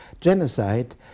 genocide